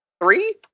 Three